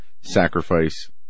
sacrifice